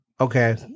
Okay